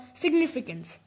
Significance